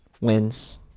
wins